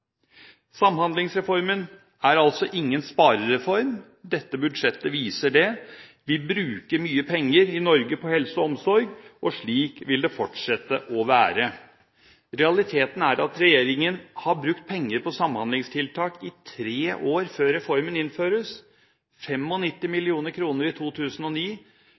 Samhandlingsreformen er altså ingen sparereform. Dette budsjettet viser det. Vi bruker mye penger i Norge på helse og omsorg, og slik vil det fortsette å være. Realiteten er at regjeringen har brukt penger på samhandlingstiltak i tre år før reformen innføres: 95 mill. kr i 2009,